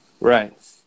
Right